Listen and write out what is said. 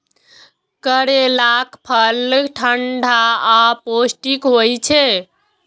करैलाक फल ठंढा आ पौष्टिक होइ छै